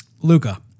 Luca